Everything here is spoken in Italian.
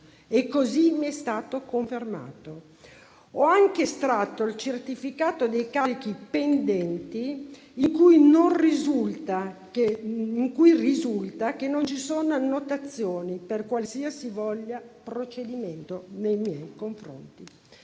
E così mi è stato confermato. Ho anche estratto il certificato dei carichi pendenti, in cui risulta che non ci sono annotazioni per qualsivoglia procedimento nei miei confronti.